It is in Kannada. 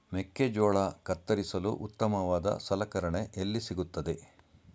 ಮೆಕ್ಕೆಜೋಳ ಕತ್ತರಿಸಲು ಉತ್ತಮವಾದ ಸಲಕರಣೆ ಎಲ್ಲಿ ಸಿಗುತ್ತದೆ?